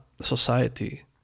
society